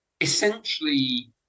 essentially